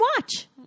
watch